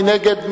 מי נגד?